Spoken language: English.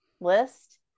list